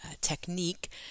technique